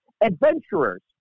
adventurers